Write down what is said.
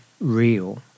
real